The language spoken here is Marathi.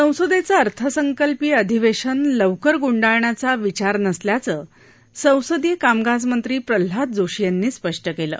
संसदघाअर्थसंकल्प अधिवश्म लवकर गुंडाळण्याचा विचार नसल्याचं संसदीय कामकाम मंत्री प्रल्हाद जोशी यांनी स्पष्ट कलि